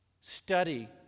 Study